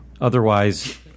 Otherwise